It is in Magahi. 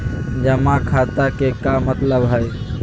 जमा खाता के का मतलब हई?